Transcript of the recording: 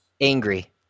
Angry